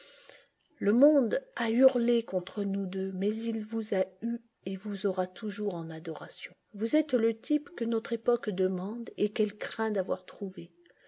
le monde a hurlé contre nous deux mais il vous a eu et vous aura toujours en adoration vous êtes le type que notre époque demande et qu'elle craint d'avoir trouvé